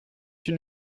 une